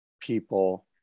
people